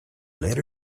later